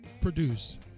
produce